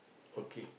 okay